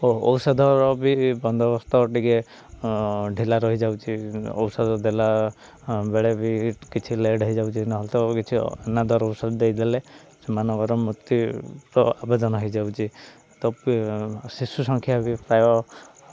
ଓ ଔଷଧର ବି ବନ୍ଦୋବସ୍ତ ଟିକେ ଢିଲା ରହିଯାଉଛି ଔଷଧ ଦେଲା ବେଳେ ବି କିଛି ଲେଟ୍ ହେଇଯାଉଛି ନହେଲେ ତ କିଛି ଅନାଦର ଔଷଧ ଦେଇଦେଲେ ସେମାନଙ୍କର ମୃତ୍ୟୁର ଆବେଦନ ହେଇଯାଉଛି ତ ଶିଶୁ ସଂଖ୍ୟା ବି ପ୍ରାୟ